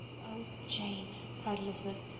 oh! jane, cried elizabeth,